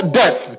death